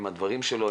עם הדברים שלו,